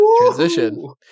Transition